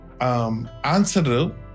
answer